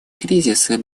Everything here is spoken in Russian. кризисы